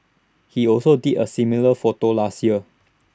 he also did A similar photo last year